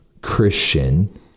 Christian